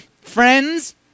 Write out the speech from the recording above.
friends